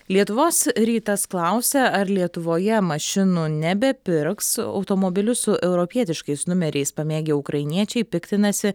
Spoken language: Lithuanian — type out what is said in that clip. lietuvos rytas klausia ar lietuvoje mašinų nebepirks automobilius su europietiškais numeriais pamėgę ukrainiečiai piktinasi